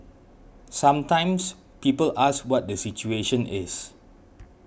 sometimes people ask what the situation is